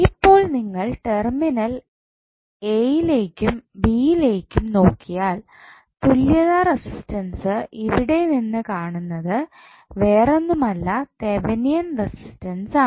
ഇപ്പോൾ നിങ്ങൾ terminal A ലെയ്ക്കും ബി ലെയ്ക്കും നോക്കിയാൽ തുല്യതാ റസിസ്റ്റൻസ് ഇവിടെനിന്ന് കാണുന്നത് വേറൊന്നുമല്ല തെവനിയൻ റെസിസ്റ്റൻസ് ആണ്